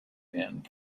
and